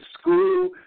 school